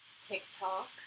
TikTok